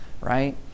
right